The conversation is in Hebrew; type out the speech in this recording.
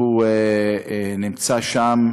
שנמצא שם,